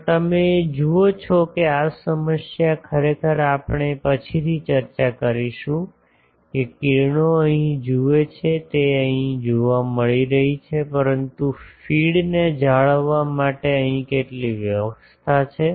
પણ તમે જુઓ છો કે આ સમસ્યા ખરેખર આપણે પછીથી ચર્ચા કરીશું કે કિરણો અહીં જુએ છે તે અહીં જોવા મળી રહી છે પરંતુ ફીડને જાળવવા માટે અહીં કેટલીક વ્યવસ્થા છે